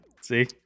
See